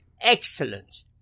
excellent